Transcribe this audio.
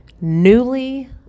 newly